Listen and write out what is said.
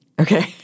Okay